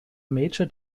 major